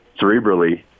cerebrally